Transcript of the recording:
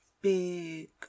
big